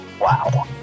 Wow